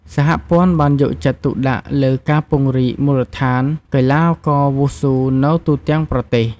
សហព័ន្ធបានយកចិត្តទុកដាក់លើការពង្រីកមូលដ្ឋានកីឡាករវ៉ូស៊ូនៅទូទាំងប្រទេស។